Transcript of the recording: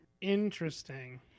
Interesting